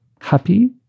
happy